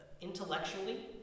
intellectually